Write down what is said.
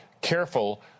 careful